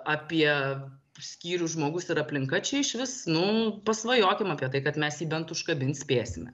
apie skyrių žmogus ir aplinka čia išvis nu pasvajokim apie tai kad mes jį bent užkabint spėsime